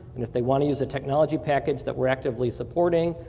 and if they want to use a technology package that we're actively supporting,